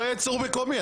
לא יהיה ייצור מקומי,